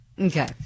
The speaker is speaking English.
Okay